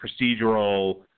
procedural